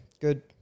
good